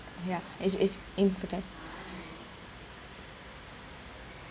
ya is is important